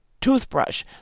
toothbrush